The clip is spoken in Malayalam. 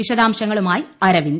വിശദാംശങ്ങളുമായി അരവിന്ദ്